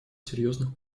серьезных